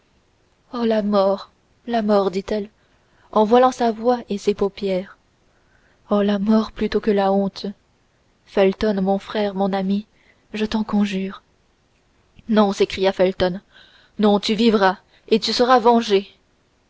oh la mort la mort dit-elle en voilant sa voix et ses paupières oh la mort plutôt que la honte felton mon frère mon ami je t'en conjure non s'écria felton non tu vivras et tu seras vengée